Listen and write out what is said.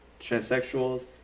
transsexuals